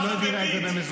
היא לא העבירה את זה במזומן.